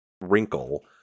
wrinkle